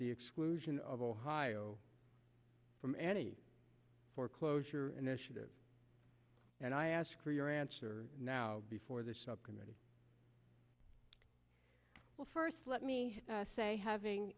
the exclusion of ohio from any foreclosure initiative and i ask for your answer now before the subcommittee well first let me say having